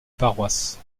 paroisse